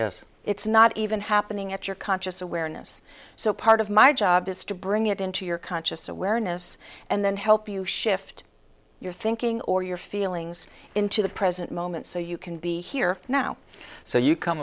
yes it's not even happening at your conscious awareness so part of my job is to bring it into your conscious awareness and then help you shift your thinking or your feelings into the present moment so you can be here now so you come